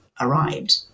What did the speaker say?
arrived